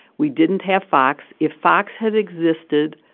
we didn't have fox. if fox had existed,